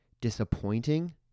disappointing